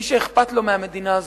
מי שאכפת לו מהמדינה הזאת,